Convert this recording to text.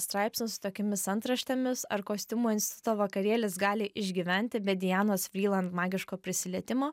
straipsnius su tokiomis antraštėmis ar kostiumų instituto vakarėlis gali išgyventi be dianos vrylan magiško prisilietimo